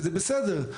וזה בסדר.